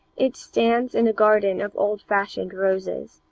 it stands in a garden of old-fashioned roses.